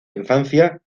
infancia